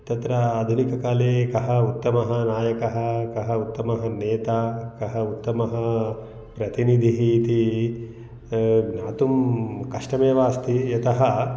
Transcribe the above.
तत्र आधुनिककाले कः उत्तमः नायकः कः उत्तमः नेता कः उत्तमः प्रतिनिधिः इति ज्ञातुं कष्टमेव अस्ति यतः